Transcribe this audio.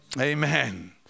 amen